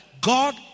God